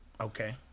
Okay